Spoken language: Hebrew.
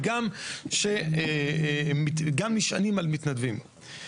וגם נשענים על מתנדבים.